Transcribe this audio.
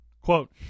Quote